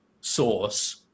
source